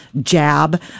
jab